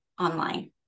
online